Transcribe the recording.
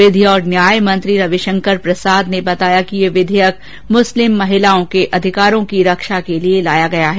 विधि और न्याय मंत्री रविशंकर प्रसाद ने बताया कि यह विधेयक मुस्लिम महिलाओं के अधिकारों की रक्षा के लिए लाया गया है